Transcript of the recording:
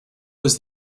was